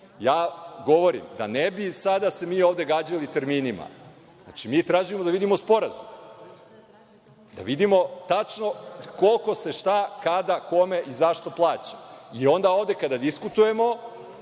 govorim, da se ne bi mi ovde gađali terminima, znači mi tražimo da vidimo sporazum, da vidimo tačno koliko se šta, kada, kome i za šta plaća. Onda ovde kada diskutujemo,